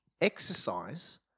exercise